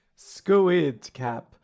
Squidcap